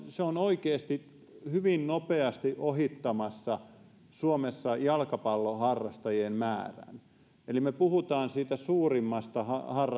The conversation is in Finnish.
se on oikeasti hyvin nopeasti ohittamassa suomessa jalkapalloharrastajien määrän eli me puhumme siitä suurimmasta